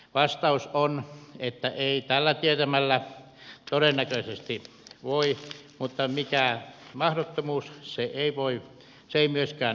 vastaus on että ei tällä tietämällä todennäköisesti voi mutta mikään mahdottomuus se ei myöskään ole